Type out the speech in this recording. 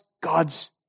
God's